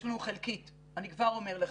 יש לנו חלקית, אני כבר אומר לך.